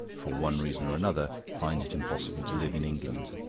for one reason or another, find it impossible to live in england.